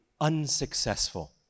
unsuccessful